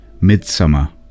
Midsummer